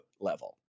level